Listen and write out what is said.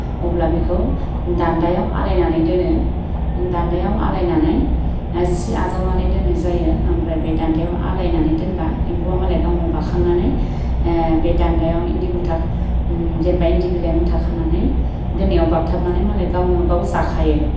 अब्ला बेखौ दान्दायाव आलायनानै दोनो दान्दायाव आलायनानै सि आजावनानै दोननाय जायो ओमफ्राय बे दान्दायाव आलायनानै दोनब्ला एम्फौआ मालाय गावनो बाखांनानै बे दान्दायाव इन्दि मुथा जेनेबा इन्दि बिलाइ मुथा खानानै दोननायाव बाबथाबनानै मालाय गावोन गाव जाखायो